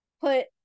put